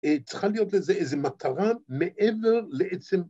‫צריכה להיות לזה איזה מטרה ‫מעבר לעצם...